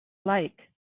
like